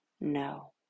No